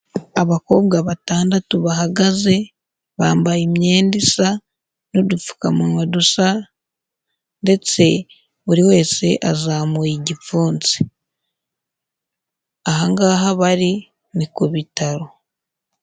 Abakobwa batandatu bahagaze bambaye imyenda isa n'udupfukamunwa dusa ndetse buri wese azamuye igipfunsi, aha ngaha bari ni ku bitaro.